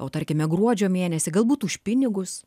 o tarkime gruodžio mėnesį galbūt už pinigus